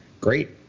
great